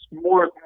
More